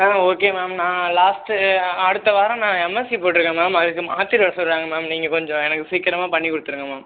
ஆ okay ma'am நான் last அடுத்த வாரம் நான் எம்எஸ்சி போட்யிருக்கன் மேம் அதுக்கு மாற்றிட்டு வர சொல்லுறாங்க மேம் நீங்கள் கொஞ்சம் எனக்கு சீக்கரமாக பண்ணிக்கொடுத்துருங்க மேம்